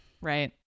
Right